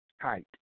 height